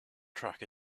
track